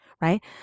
right